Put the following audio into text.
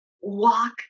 walk